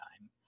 time